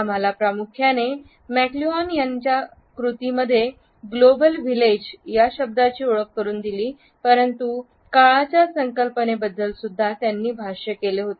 आम्हाला प्रामुख्याने मॅकलुहान यांनी त्याच्या कृतींमध्ये ग्लोबल व्हिलेज या शब्दाची ओळख करुन दिली परंतु काळाच्या संकल्पनेबद्दल सुद्धा त्यांनी भाष्य केले होते